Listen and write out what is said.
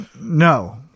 No